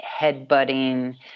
headbutting